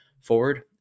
forward